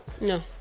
No